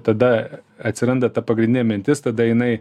tada atsiranda ta pagrindinė mintis tada jinai